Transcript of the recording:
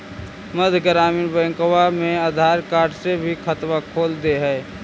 मध्य ग्रामीण बैंकवा मे आधार कार्ड से भी खतवा खोल दे है?